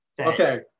Okay